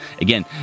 Again